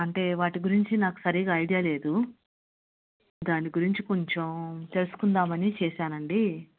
అంటే వాటి గురించి నాకు సరిగా ఐడియా లేదు దాని గురించి కొంచెం తెలుసుకుందామని చేసాను అండి